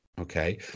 Okay